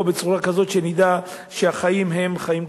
בצורה כזאת שנדע שהחיים הם חיים קדושים.